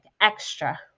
extra